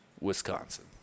Wisconsin